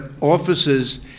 offices